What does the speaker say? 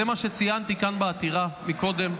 זה מה שציינתי כאן בעתירה קודם.